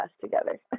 together